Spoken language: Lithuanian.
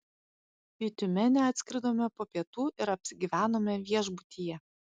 į tiumenę atskridome po pietų ir apsigyvenome viešbutyje